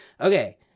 Okay